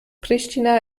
pristina